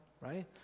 right